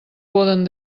poden